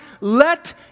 let